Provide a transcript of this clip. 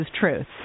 truth